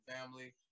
family